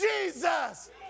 Jesus